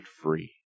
free